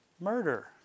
Murder